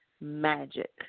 magic